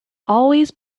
always